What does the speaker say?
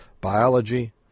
biology